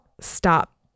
stop